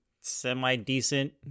semi-decent